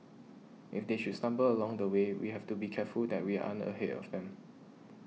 if they should stumble along the way we have to be careful that we aren't ahead of them